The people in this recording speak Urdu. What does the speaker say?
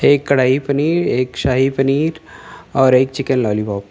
ایک کڑھائی پنیر ایک شاہی پنیراور ایک چکن لالی پوپ